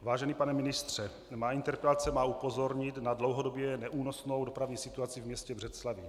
Vážený pane ministře, má interpelace má upozornit na dlouhodobě neúnosnou dopravní situaci v městě Břeclavi.